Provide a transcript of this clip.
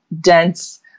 dense